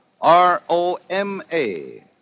R-O-M-A